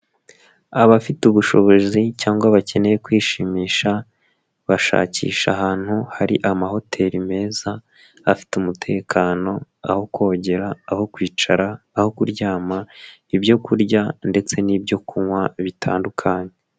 Abafite ubushobozi cyangwa bakeneye kwishimisha, bashakisha ahantu hari amahoteri meza, afite umutekano, aho kogera, aho kwicara, aho kuryama, ibyo kurya ndetse n'ibyokunywa bitandukanye.